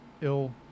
ill